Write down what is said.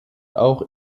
auch